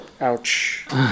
Ouch